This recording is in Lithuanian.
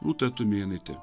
rūta tumėnaitė